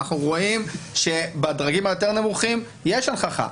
אנחנו רואים בדרגים היותר נמוכים שיש הנכחה,